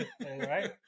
Right